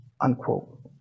Unquote